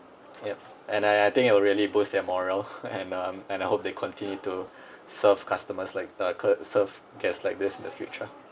ya and I I think it will really boost their morale and um and I hope they continue to serve customers like uh could serve guests like this in the future